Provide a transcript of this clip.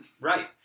Right